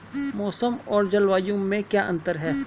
मौसम और जलवायु में क्या अंतर?